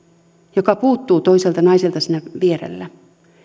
joka puuttuu toiselta naiselta siinä vierellä